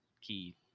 key